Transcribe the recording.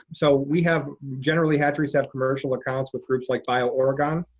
so we have, generally, hatcheries have commercial accounts with groups like bio-oregon.